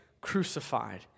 crucified